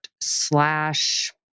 slash